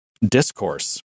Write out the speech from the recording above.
Discourse